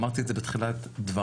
ואמרתי את זה בתחילת דבריי.